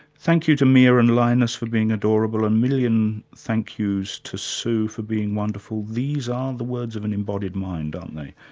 thank you to mia and linus for being adorable, and a million thank yous to sue for being wonderful. these are the words of an embodied mind, aren't they?